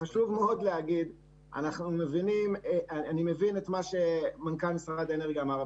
אני מבין את מה שמנכ"ל משרד האנרגיה אמר,